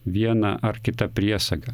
viena ar kita priesaga